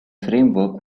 framework